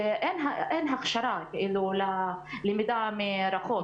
אין הכשרה ללמידה מרחוק.